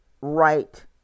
right